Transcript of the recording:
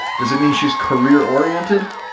does it mean she's career oriented?